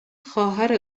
خواهر